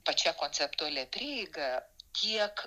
pačia konceptualia prieiga tiek